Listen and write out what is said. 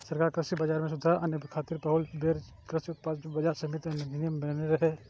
सरकार कृषि बाजार मे सुधार आने खातिर पहिल बेर कृषि उत्पाद बाजार समिति अधिनियम बनेने रहै